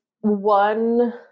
one